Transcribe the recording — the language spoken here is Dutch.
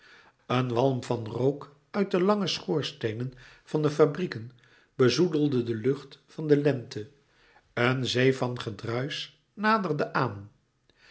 een walm van rook uit de lange schoorsteenen van de fabrieken bezoedelde de lucht van de lente een zee van gedruisch naderde aan